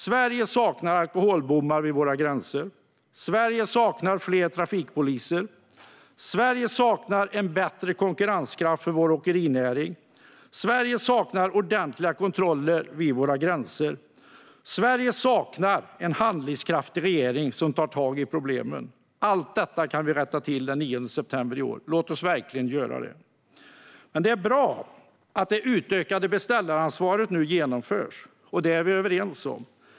Sverige saknar alkobommar vid våra gränser. Sverige saknar fler trafikpoliser. Sverige saknar en bättre konkurrenskraft för vår åkerinäring. Sverige saknar ordentliga kontroller vid våra gränser. Sverige saknar en handlingskraftig regering som tar tag i problemen. Allt detta kan vi rätta till efter den 9 september i år. Låt oss verkligen göra det. Det är bra att det utökade beställaransvaret nu genomförs, och det är vi överens om.